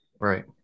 Right